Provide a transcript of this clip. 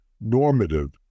normative